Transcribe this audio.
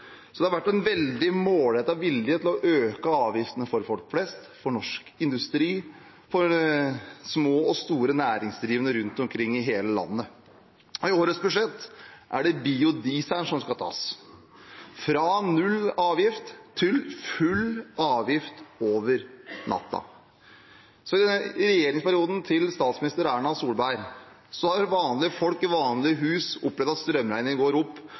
Så det har vært en veldig målrettet vilje til å øke avgiftene for folk flest, for norsk industri, for små og store næringsdrivende rundt omkring i hele landet. I årets budsjett er det biodieselen som skal tas – fra null avgift til full avgift over natten. Så i regjeringsperioden til statsminister Erna Solberg har vanlige folk i vanlige hus opplevd at strømregningen går opp